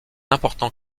important